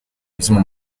mismo